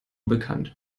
bekannt